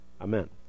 amen